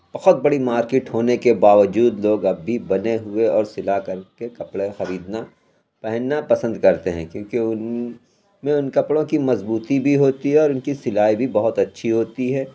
بہت بڑی مارکٹ ہونے کے باوجود لوگ اب بھی بنے ہوئے اور سلا کر کے کپڑے خریدنا پہننا پسند کرتے ہیں کیونکہ ان میں ان کپڑوں کی مضبوطی بھی ہوتی ہے اور ان کی سلائی بھی بہت اچھی ہوتی ہے